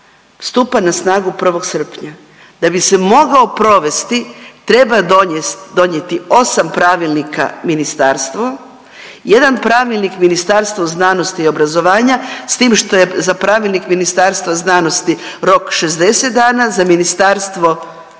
stupa na snagu 1. srpnja, da bi se mogao provesti treba donijeti 8 pravilnika ministarstvo, 1 pravilnik Ministarstvo znanosti i obrazovanja s tim što je za pravilnik Ministarstva znanosti rok 60 dana, za ministarstvo